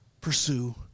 pursue